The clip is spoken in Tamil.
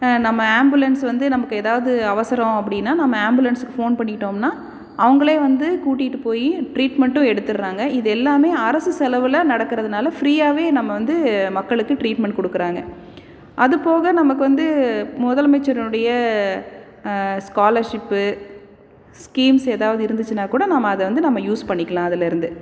நம்ம ஆம்புலன்ஸ் வந்து நமக்கு ஏதாவது அவசரம் அப்படின்னா நம்ம ஆம்புலன்ஸுக்கு ஃபோன் பண்ணிவிட்டோம்ன்னா அவங்களே வந்து கூட்டிகிட்டு போய் ட்ரீட்மெண்ட்டும் எடுத்துடறாங்க இது எல்லாமே அரசு செலவில் நடக்கிறதுனால ஃப்ரீயாகவே நம்ம வந்து மக்களுக்கு ட்ரீட்மெண்ட் கொடுக்குறாங்க அதுபோக நமக்கு வந்து முதலமைச்சரினுடைய ஸ்காலர்ஷிப்பு ஸ்கீம்ஸ் ஏதாவது இருந்துச்சுனாக்கூட நாம் அதை வந்து நம்ம யூஸ் பண்ணிக்கலாம் அதில் இருந்து